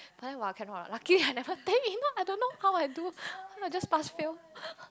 but then !wah! cannot ah luckily I never take if not I don't know how I do then I just pass fail